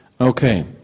Okay